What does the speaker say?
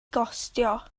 gostio